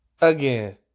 Again